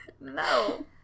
No